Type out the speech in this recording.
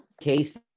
case